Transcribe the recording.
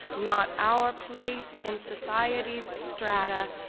not our place in society's strata,